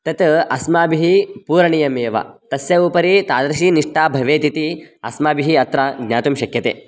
तत् अस्माभिः पूरणीयमेव तस्य उपरि तादृशी निष्टा भवेत् इति अस्माभिः अत्र ज्ञातुं शक्यते